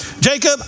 Jacob